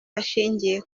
ashingiye